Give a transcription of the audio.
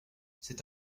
c’est